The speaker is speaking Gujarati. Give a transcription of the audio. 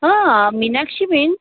હ મિનાક્ષી બેન